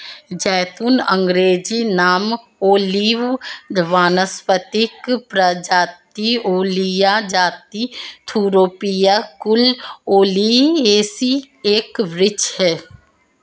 ज़ैतून अँग्रेजी नाम ओलिव वानस्पतिक प्रजाति ओलिया जाति थूरोपिया कुल ओलियेसी एक वृक्ष है